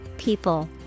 people